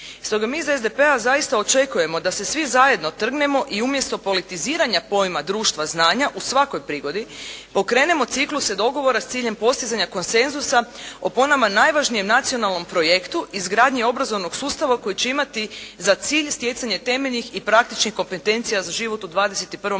Stoga mi iz SDP-a zaista očekujemo da se svi zajedno trgnemo i umjesto politiziranja pojma društva znanja u svakoj prigodi okrenemo cikluse dogovora s ciljem postizanja konsenzusa o po nama najvažnijem nacionalnom projektu izgradnji obrazovnog sustava koji će imati za cilj stjecanje temeljnih i praktičnih kompetencija za život u 21. stoljeću.